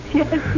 yes